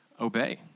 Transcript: obey